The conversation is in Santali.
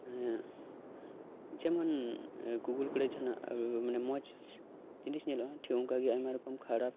ᱢᱟᱱᱮ ᱡᱮᱢᱚᱱ ᱜᱩᱜᱳᱞ ᱠᱚᱨᱮ ᱡᱟᱦᱟᱱᱟᱜ ᱢᱟᱱᱮ ᱢᱚᱸᱡᱽ ᱡᱤᱱᱤᱥ ᱧᱮᱞᱚᱜᱼᱟ ᱴᱷᱤᱠ ᱚᱱᱠᱟ ᱜᱮ ᱟᱭᱢᱟ ᱨᱚᱠᱚᱢ ᱠᱷᱟᱨᱟᱯ